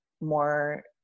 more